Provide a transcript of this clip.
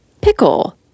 Pickle